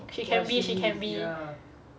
ya she can be she can be